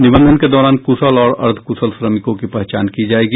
निबंधन के दौरान कुशल और अर्द्वकुशल श्रमिकों की पहचान की जायेगी